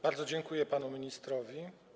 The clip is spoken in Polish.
Bardzo dziękuję panu ministrowi.